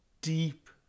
deep